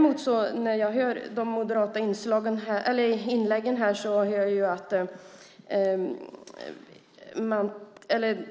Men när jag hör de moderata inläggen här framkommer